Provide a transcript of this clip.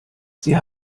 sie